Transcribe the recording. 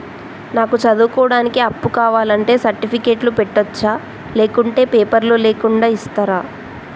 నాకు చదువుకోవడానికి అప్పు కావాలంటే సర్టిఫికెట్లు పెట్టొచ్చా లేకుంటే పేపర్లు లేకుండా ఇస్తరా?